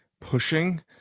pushing